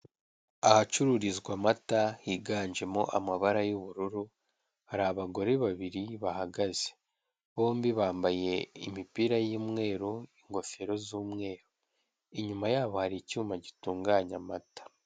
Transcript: Ahacururizwa amata higanjemo amabara y'ubururu, hari abagore babiri bahagaze. Bombi bambaye imipira y'umweru, ingofero z'umweru, inyuma yabo hari icyuma gitunganya amata.